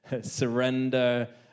Surrender